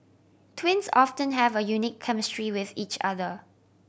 twins often have a unique chemistry with each other